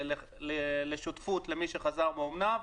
לשותפות למי שחזר מאומנה.